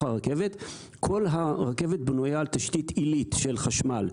הרכבת כל הרכבת בנויה על תשתית עילית של חשמל.